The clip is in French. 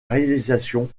réalisation